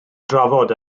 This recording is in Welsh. drafod